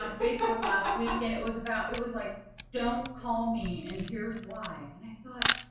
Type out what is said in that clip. um facebook last week. and it was about, it was like don't call me and here's why. and i thought,